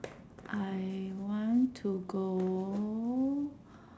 I want to go